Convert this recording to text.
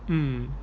mm